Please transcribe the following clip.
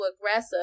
aggressive